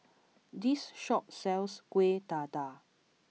this shop sells Kueh Dadar